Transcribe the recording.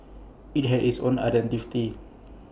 IT had its own identity